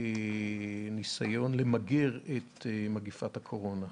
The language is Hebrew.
בניסיון למגר את מגפת הקורונה.